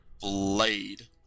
blade